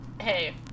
Hey